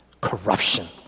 corruption